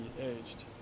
aged